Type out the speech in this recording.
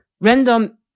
random